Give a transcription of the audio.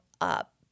up